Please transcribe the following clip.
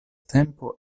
tempo